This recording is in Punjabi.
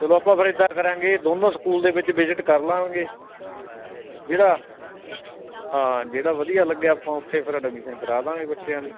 ਚਲੋ ਆਪਾਂ ਫਿਰ ਇੱਦਾਂ ਕਰਾਂਗੇ ਦੋਨੋਂ ਸਕੂਲ ਦੇ ਵਿੱਚ ਵਿਜਿਟ ਕਰ ਲਵਾਂਗੇ ਜਿਹੜਾ ਹਾਂ ਜਿਹੜਾ ਵਧੀਆ ਲੱਗਿਆ ਆਪਾਂ ਉੱਥੇ ਫਿਰ ਐਡਮਿਸ਼ਨ ਕਰਵਾ ਦਵਾਂਗੇ ਬੱਚਿਆਂ ਦੀ